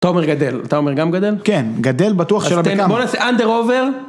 אתה אומר גדל, אתה אומר גם גדל? כן, גדל בטוח של הבקם. אז בוא נעשה אנדר אובר.